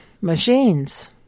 machines